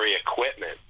equipment